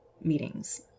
meetings